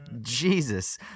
Jesus